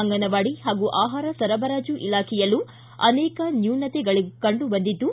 ಅಂಗವಾಡಿ ಹಾಗೂ ಆಹಾರ ಸರಬುರಾಜು ಇಲಾಖೆಯಲ್ಲೂ ಅನೇಕ ನ್ಯೂನತೆಗಳು ಕಂಡು ಬಂದಿದ್ದು